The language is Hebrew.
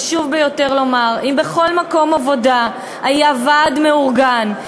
חשוב ביותר לומר: אם בכל מקום עבודה היה ועד מאורגן,